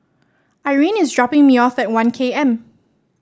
Irene is dropping me off at One K M